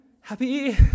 happy